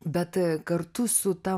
bet kartu su ta